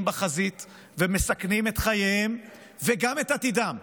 בחזית ומסכנים את חייהם וגם את עתידם.